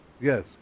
Yes